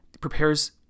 prepares